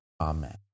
amen